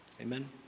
amen